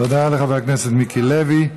תודה לחבר הכנסת מיקי לוי.